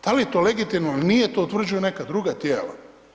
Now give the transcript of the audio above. Da li je to legitimno ili nije, to utvrđuju neka druga tijela?